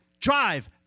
drive